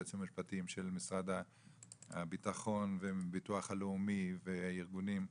והיועצים המשפטיים של משרד הביטחון והביטוח הלאומי וארגונים,